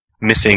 missing